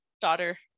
daughter